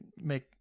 make